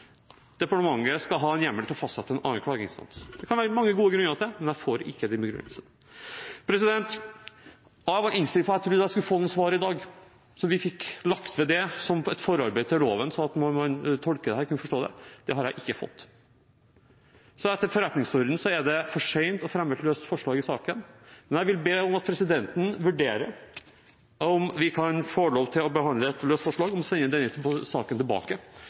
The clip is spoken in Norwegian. skal ha hjemmel til å fastsette en annen klageinstans. Det kan det være mange gode grunner til, men jeg får ikke den begrunnelsen. Jeg var innstilt på og trodde jeg skulle få noen svar i dag, så vi fikk lagt ved det som et forarbeid til loven sånn at man når man tolker den, kan forstå det. Det har jeg ikke fått. Etter forretningsorden er det for sent å fremme et løst forslag i saken, men jeg vil be om at presidenten vurderer om vi kan få lov til å behandle et løst forslag om å sende denne saken tilbake til